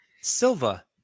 Silva